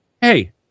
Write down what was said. Hey